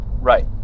Right